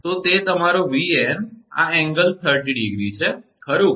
તો તે તમારો 𝑉𝑎𝑛 આ ખૂણોએંગલ 30° છે ખરું